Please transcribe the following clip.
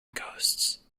ghosts